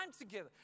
together